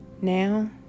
Now